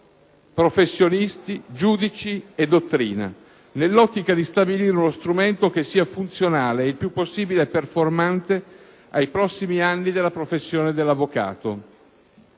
professionisti, giudici e dottrina - nell'ottica di stabilire uno strumento che sia funzionale (ed il più possibile performante) ai prossimi anni della professione dell'avvocato.